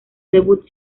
debut